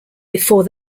before